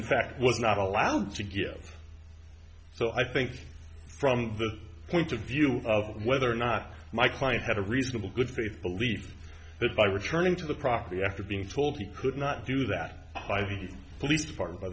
in fact was not allowed to get so i think from the point of view of whether or not my client had a reasonable good faith belief that by returning to the property after being told he could not do that by the police department by